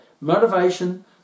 motivation